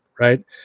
right